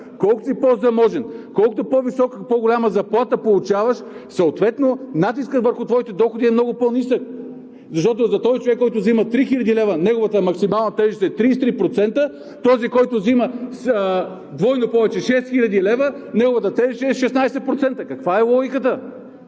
колкото си по-заможен, колкото по-голяма заплата получаваш, натискът върху твоите доходи е много по-нисък. Човек, който взема 3000 лв., неговата максимална тежест е 33%, а този, който взима двойно повече – 6000 лв., неговата тежест е 16%. Каква е логиката?